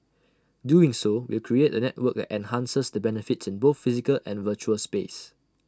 doing so will create A network that enhances the benefits in both physical and virtual space